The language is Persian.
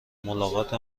ملاقات